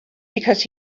because